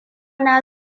na